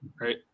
Right